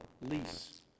lease